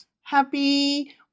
Happy